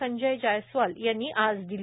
संजय जायस्वाल यांनी आज दिली